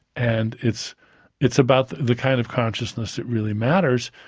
and it's it's about the kind of consciousness that really matters,